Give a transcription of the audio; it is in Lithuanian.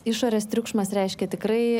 išorės triukšmas reiškia tikrai